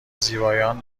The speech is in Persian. زیبایان